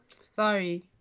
Sorry